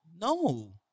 no